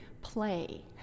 play